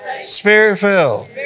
spirit-filled